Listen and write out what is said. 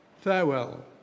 Farewell